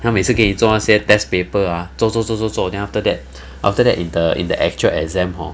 他每次给你做那些 test paper ah 做做做做做 then after that after that in the in the actual exam hor